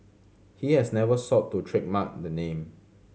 he has never sought to trademark the name